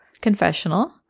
confessional